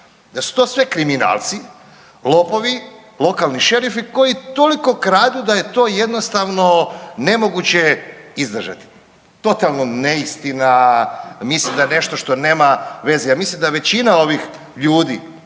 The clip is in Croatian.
da su to sve kriminalci, lopovi, lokalni šerifi koji toliko kradu da je to jednostavno nemoguće izdržati. Totalno neistina, mislim da je nešto što nema veze. Ja mislim da većina ovih ljudi